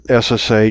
SSH